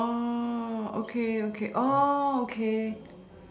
oh okay okay oh okay